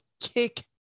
kick